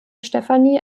stefanie